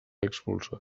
expulsar